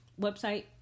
website